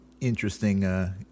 interesting